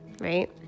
right